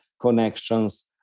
connections